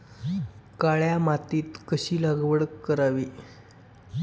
काळ्या मातीत कशाची लागवड करावी?